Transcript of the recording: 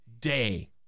day